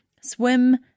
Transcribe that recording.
swim